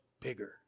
bigger